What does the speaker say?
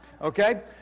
Okay